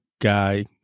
guy